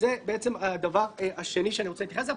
וזה הדבר השני שאני רוצה להתייחס אליו,